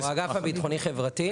האגף הביטחוני-חברתי.